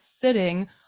sitting